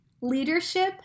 leadership